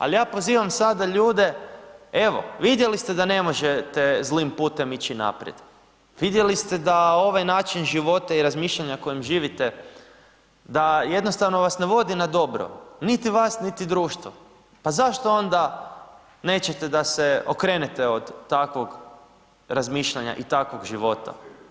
Ali ja pozivam sada ljude, evo, vidjeli ste da ne možete zlim putem ići naprijed, vidjeli ste da ovaj način života i razmišljanja kojim živite da jednostavno vas ne vodi na dobro, niti vas niti društvo, pa zašto onda nećete da se okrenete od takvog razmišljanja i takvog života?